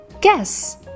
Guess